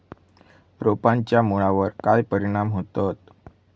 रोपांच्या मुळावर काय परिणाम होतत?